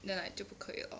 then like 就不可以了